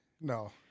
No